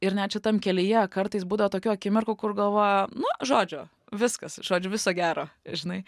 ir net šitam kelyje kartais būdavo tokių akimirkų kur galvoja nu žodžiu viskas žodžiu viso gero žinai